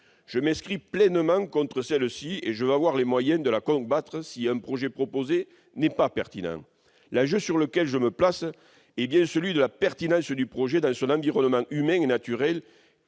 Je m'inscris pleinement contre cette artificialisation et je veux avoir les moyens de la combattre si un projet proposé n'est pas pertinent. Le terrain sur lequel je me place est bien celui de la pertinence du projet dans son environnement humain et naturel,